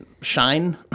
shine